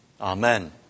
Amen